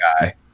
guy